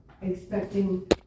expecting